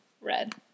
Red